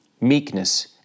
meekness